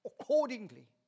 accordingly